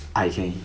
I can